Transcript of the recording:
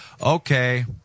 okay